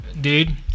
dude